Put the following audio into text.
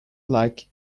like